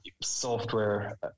software